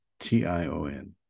t-i-o-n